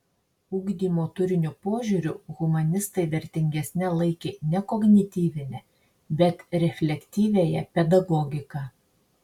ugdymo turinio požiūriu humanistai vertingesne laikė ne kognityvinę bet reflektyviąją pedagogiką